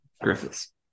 Griffiths